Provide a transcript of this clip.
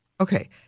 Okay